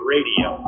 Radio